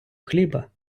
хліба